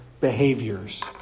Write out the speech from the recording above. behaviors